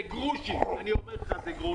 זה גרושים, אני אומר לך זה גרושים.